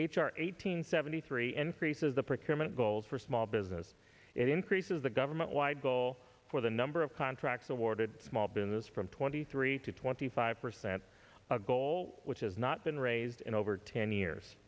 hundred seventy three increases the procurement goals for small business it increases the government wide goal for the number of contracts awarded small business from twenty three to twenty five percent a goal which has not been raised in over ten years